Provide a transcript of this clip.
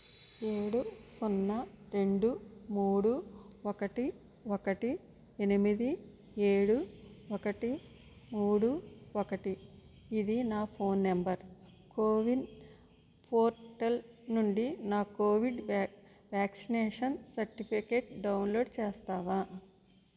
ఏడు సున్నా రెండు మూడు ఒకటి ఒకటి ఎనిమిది ఏడు ఒకటి మూడు ఒకటి ఇది నా ఫోన్ నంబర్ కోవిన్ పోర్టల్ నుండి నా కోవిడ్ వ్యా వ్యాక్సినేషన్ సర్టిఫికేట్ డౌన్లోడ్ చేస్తావా